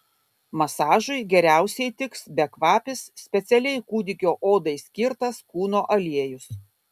masažui geriausiai tiks bekvapis specialiai kūdikio odai skirtas kūno aliejus